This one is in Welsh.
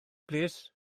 plîs